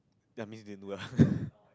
ya means didn't do well